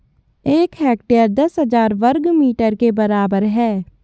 एक हेक्टेयर दस हजार वर्ग मीटर के बराबर है